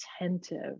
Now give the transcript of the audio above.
attentive